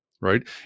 right